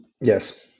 Yes